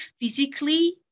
physically